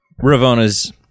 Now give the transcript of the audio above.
Ravona's